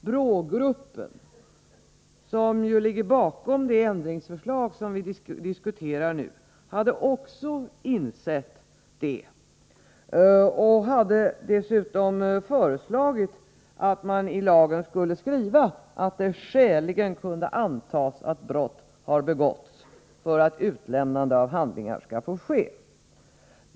BRÅ-gruppen, som ju ligger bakom det ändringsförslag som vi diskuterar nu, hade också insett detta och hade dessutom föreslagit att man i lagen skulle kräva att det skäligen kan antas att brott har begåtts för att utlämnande av handlingar skall få ske.